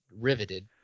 riveted